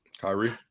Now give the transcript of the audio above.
Kyrie